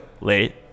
Late